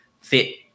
fit